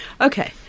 Okay